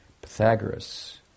Pythagoras